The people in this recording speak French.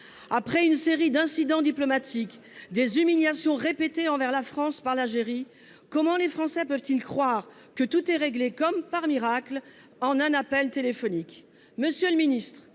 Après une série d’incidents diplomatiques et l’humiliation répétée de la France par l’Algérie, comment les Français pourraient ils croire que tout serait réglé, comme par miracle, en un appel téléphonique ?